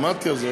עמדתי על זה.